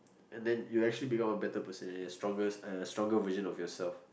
and then you actually become a better person and a strongest stronger version of yourself